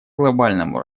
глобальному